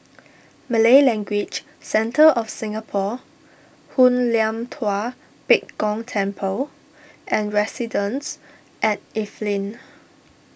Malay Language Centre of Singapore Hoon Lam Tua Pek Kong Temple and Residences at Evelyn